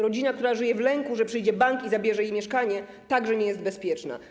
Rodzina, która żyje w lęku, że przyjdzie bank i zabierze jej mieszkanie, także nie jest bezpieczna.